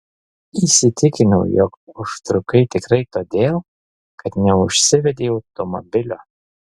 įsitikinau jog užtrukai tikrai todėl kad neužsivedei automobilio